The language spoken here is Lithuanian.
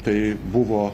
tai buvo